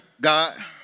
God